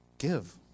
Give